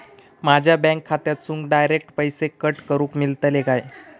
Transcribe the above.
माझ्या बँक खात्यासून डायरेक्ट पैसे कट करूक मेलतले काय?